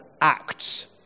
Acts